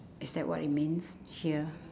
is that what it means here